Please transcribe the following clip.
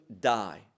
die